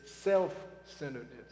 self-centeredness